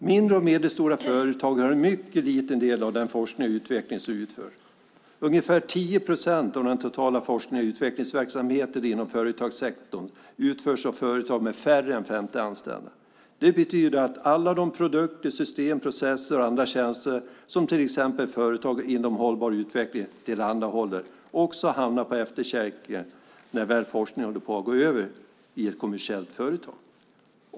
Mindre och medelstora företag har en mycket liten del av den forskning och utveckling som utförs. Ungefär 10 procent av den totala forsknings och utvecklingsverksamheten inom företagssektorn utförs av företag med färre än 50 anställda. Det betyder att alla de produkter, system, processer och andra tjänster som till exempel företagen inom hållbar utveckling tillhandahåller också hamnar på efterkälken när väl forskningen håller på att gå över i ett kommersiellt företag.